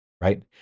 right